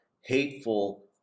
hateful